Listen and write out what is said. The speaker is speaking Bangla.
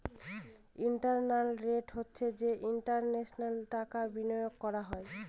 ইন্টারনাল রেট হচ্ছে যে ইন্টারেস্টে টাকা বিনিয়োগ করা হয়